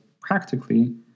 practically